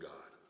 God